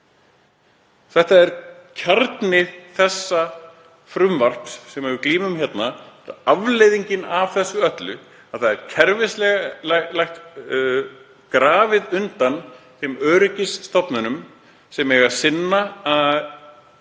Þetta er kjarni þessa frumvarps sem við glímum við hérna, afleiðingin af því öllu að það er kerfisbundið grafið undan þeim öryggisstofnunum sem eiga að